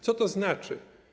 Co to znaczy?